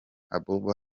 abuba